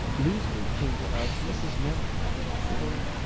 newsweek came to us, and this has never happened before,